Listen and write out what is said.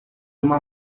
uma